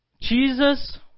Jesus